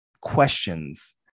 questions